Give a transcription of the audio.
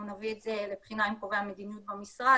נביא את זה לבחינה עם קובעי המדיניות במשרד,